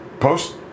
post